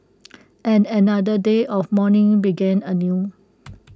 and another day of mourning began anew